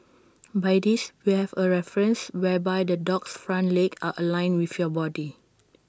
by this we have A reference whereby the dog's front legs are aligned with your body